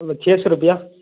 چھ سو روپیہ